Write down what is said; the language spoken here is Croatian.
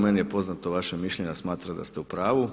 Meni je poznato vaše mišljenje, a smatram da ste u pravu.